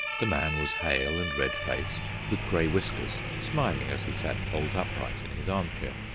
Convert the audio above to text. the man was hale and red-faced, with grey whiskers, smiling as he sat bolt upright in his arm-chair.